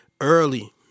early